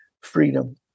freedom